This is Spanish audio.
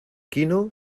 quino